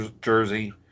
jersey